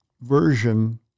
version